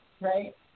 Right